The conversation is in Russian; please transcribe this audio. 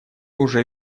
уже